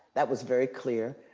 that was very clear,